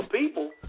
people